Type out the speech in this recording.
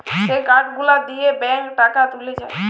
যেই কার্ড গুলা দিয়ে ব্যাংকে টাকা তুলে যায়